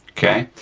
okay?